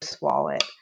wallet